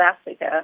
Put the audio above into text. Africa